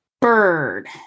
bird